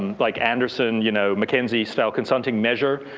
um like anderson you know mckenzie style consulting measure,